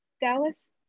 Dallas